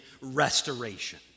restoration